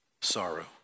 sorrow